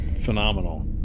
phenomenal